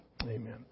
Amen